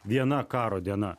viena karo diena